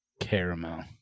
caramel